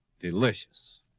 delicious